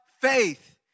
faith